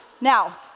Now